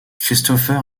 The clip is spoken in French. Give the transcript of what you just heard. christopher